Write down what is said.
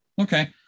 okay